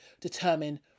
determine